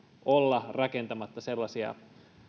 olla rakentamatta sellaisia